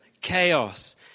Chaos